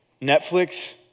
Netflix